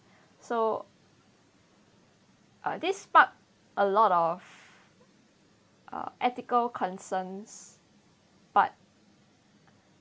so uh this spark a lot of uh ethical concerns but